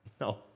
No